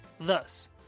Thus